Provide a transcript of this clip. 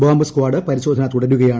bomb squad പരിശോധന തുടരുകയാണ്